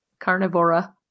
Carnivora